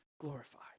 glorified